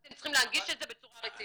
אתם צריכים להנגיש את זה בצורה רצינית.